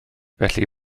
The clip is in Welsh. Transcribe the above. felly